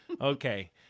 Okay